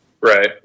Right